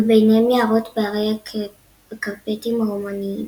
וביניהם יערות בהרי הקרפטים הרומניים.